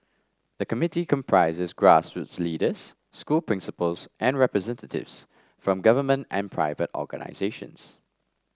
the committee comprises grassroots leaders school principals and representatives from government and private organisations